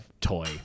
Toy